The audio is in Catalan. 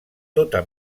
tota